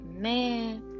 man